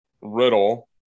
Riddle